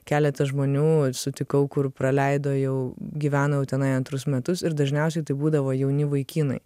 keletas žmonių sutikau kur praleido jau gyveno utenoje antrus metus ir dažniausiai tai būdavo jauni vaikinai